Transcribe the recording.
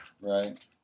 right